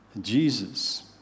Jesus